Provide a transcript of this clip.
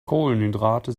kohlenhydrate